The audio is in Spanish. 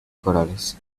corales